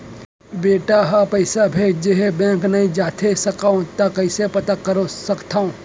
बेटा ह पइसा भेजे हे बैंक नई जाथे सकंव त कइसे पता कर सकथव?